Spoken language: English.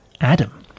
Adam